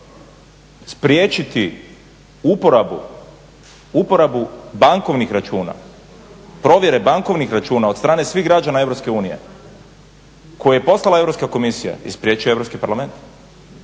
Spriječiti uporabu bankovnih računa, provjere bankovnih računa od strane svih građana EU koje je poslala Europska komisija i spriječio Europski parlament.